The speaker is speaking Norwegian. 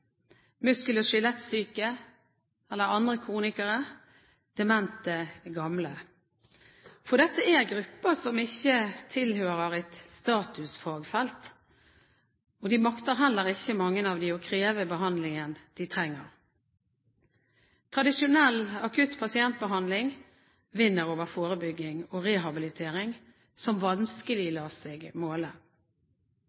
muskel- og skjelettsyke eller andre kronikere og demente gamle. Dette er grupper som ikke tilhører et statusfagfelt, og mange av dem makter heller ikke å kreve den behandlingen de trenger. Tradisjonell akutt pasientbehandling vinner over forebygging og rehabilitering, som vanskelig